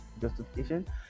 justification